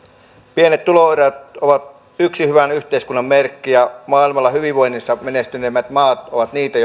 pienet tuloerot ovat yksi hyvän yhteiskunnan merkki ja maailmalla hyvinvoinnissa menestyneimmät maat ovat niitä